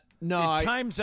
No